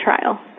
trial